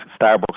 Starbucks